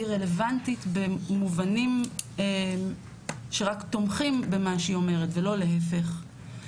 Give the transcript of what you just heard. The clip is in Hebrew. היא רלוונטית במובנים שרק תומכים במה שהיא אומרת ולא להפך.